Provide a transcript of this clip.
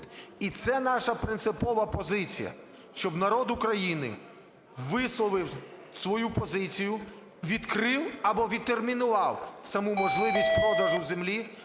І це наша принципова позиція, щоб народ України висловив свою позицію: відкрив або відтермінував саму можливість продажу землі